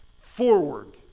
forward